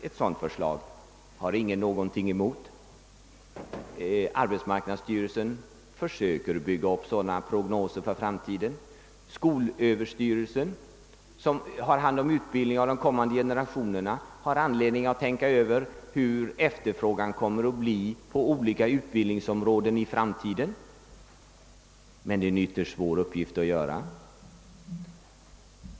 Ett sådant förslag har ingen någonting emot. Arbetsmarknadsstyreisen försöker bygga upp sådana framtidsprognoser, och skolöverstyrelsen, som har hand om utbildningen av de kommande generationerna, har anledning att tänka över hur efterfrågan kommer att bli på olika utbildningsområden i framtiden — men det är en ytterst svår uppgift att klara av.